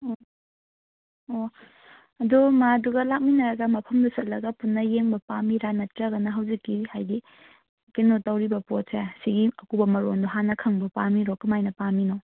ꯎꯝ ꯑꯣ ꯑꯗꯨ ꯃꯥꯗꯨꯒ ꯂꯥꯛꯃꯤꯟꯅꯔꯒ ꯃꯐꯝꯗꯨ ꯆꯠꯂꯒ ꯄꯨꯟꯅ ꯌꯦꯡꯕ ꯄꯥꯝꯃꯤꯔꯥ ꯅꯠꯇ꯭ꯔꯒꯅ ꯍꯧꯖꯤꯛꯀꯤ ꯍꯥꯏꯗꯤ ꯀꯩꯅꯣ ꯇꯧꯔꯤꯕ ꯄꯣꯠꯁꯦ ꯁꯤꯒꯤ ꯑꯀꯨꯞꯄ ꯃꯔꯣꯜꯗꯣ ꯍꯥꯟꯅ ꯈꯪꯕ ꯄꯥꯝꯃꯤꯔꯣ ꯀꯃꯥꯏꯅ ꯄꯥꯝꯃꯤꯅꯣ